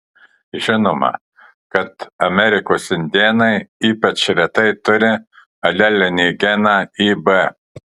žinoma kad amerikos indėnai ypač retai turi alelinį geną ib